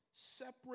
separate